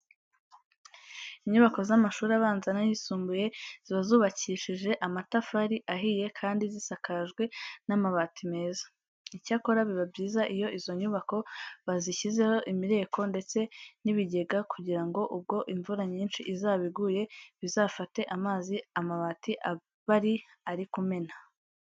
Inyubako z'amashuri abanza n'ayisumbuye ziba zubakijije amatafari ahiye kandi zisakajwe amabati meza. Icyakora biba byiza iyo izo nyubako bazishyizeho imireko ndetse n'ibigega kugira ngo ubwo imvura nyinshi izaba iguye bizafate amazi amabati abari ari kumena.